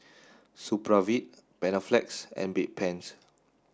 Supravit Panaflex and Bedpans